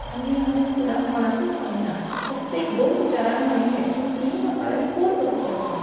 आनी हांवेन स्कुलान कोणाकूच सांगूं ना फक्त एक दोन टिचरांक म्हणिल्लें पूण तींय म्हणपाक लागलीं कर गो तूं परफॉर्म